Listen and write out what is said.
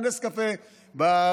חבר הכנסת יוסף ג'בארין,